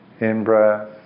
in-breath